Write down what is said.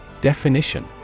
Definition